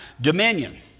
dominion